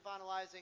finalizing